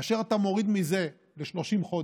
כאשר אתה מוריד את זה ל-30 חודשים,